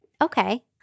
okay